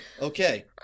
Okay